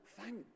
Thank